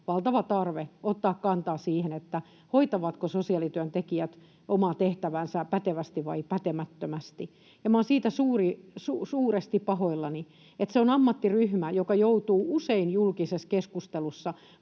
valtava tarve ottaa kantaa siihen, hoitavatko sosiaalityöntekijät omaa tehtäväänsä pätevästi vai pätemättömästi, ja olen siitä suuresti pahoillani. Se on ammattiryhmä, joka joutuu usein julkisessa keskustelussa